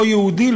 לא יהודי,